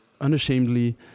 Unashamedly